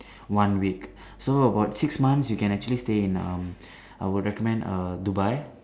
one week so about six months you can actually stay in um I would recommend err Dubai